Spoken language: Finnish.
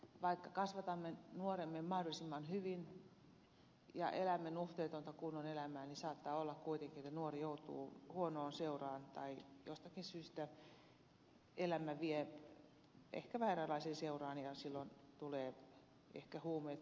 vaikka kasvatamme nuoriamme mahdollisimman hyvin ja elämme nuhteetonta kunnon elämää niin saattaa olla kuitenkin että nuori joutuu huonoon seuraan tai jostakin syystä elämä vie ehkä vääränlaiseen seuraan ja silloin tulevat ehkä huumeet alkoholi ja niin edelleen